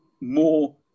more